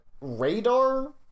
radar